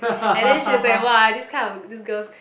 and then she was like !wah! this kind of these girls